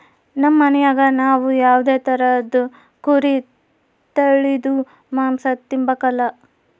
ನಮ್ ಮನ್ಯಾಗ ನಾವ್ ಯಾವ್ದೇ ತರುದ್ ಕುರಿ ತಳೀದು ಮಾಂಸ ತಿಂಬಕಲ